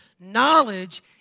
Knowledge